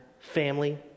family